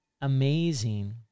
amazing